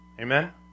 Amen